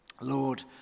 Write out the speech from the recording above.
Lord